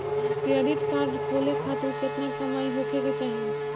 Credit card खोले खातिर केतना कमाई होखे के चाही?